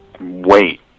wait